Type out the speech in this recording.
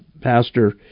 pastor